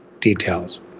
details